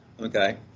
Okay